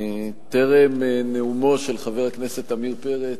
טרם נאומו של חבר הכנסת עמיר פרץ,